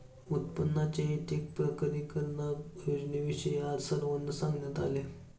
उत्पन्नाच्या ऐच्छिक प्रकटीकरण योजनेविषयी आज सर्वांना सांगण्यात आले